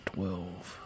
Twelve